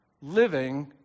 living